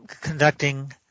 conducting